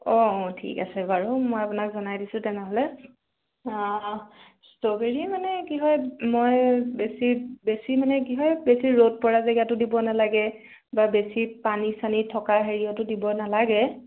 অ অ ঠিক আছে বাৰু মই আপোনাক জনাই দিছোঁ তেনেহ'লে ষ্ট্ৰবেৰী মানে কি হয় মই বেছি বেছি মানে কি হয় বেছি ৰ'দ পৰা জেগাতো দিব নালাগে বা বেছি পানী চানী থকা হেৰিয়তো দিব নালাগে